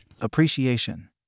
Appreciation